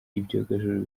ibyogajuru